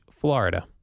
Florida